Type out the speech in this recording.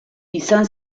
izan